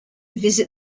visit